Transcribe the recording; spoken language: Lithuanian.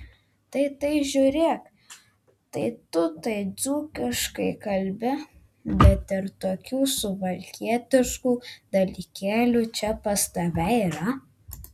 tai tai žiūrėk tai tu tai dzūkiškai kalbi bet ir tokių suvalkietiškų dalykėlių čia pas tave yra